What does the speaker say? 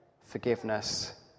forgiveness